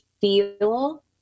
feel